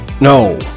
No